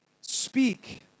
speak